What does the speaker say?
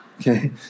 Okay